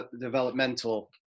Developmental